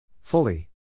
Fully